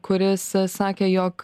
kuris sakė jog